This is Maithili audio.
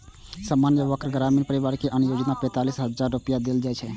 सामान्य वर्गक ग्रामीण परिवार कें अय योजना मे पैंतालिस हजार रुपैया देल जाइ छै